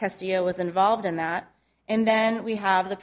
castillo was involved in that and then we have the